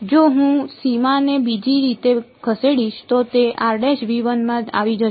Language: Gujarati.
જો હું સીમાને બીજી રીતે ખસેડીશ તો તે માં આવી જશે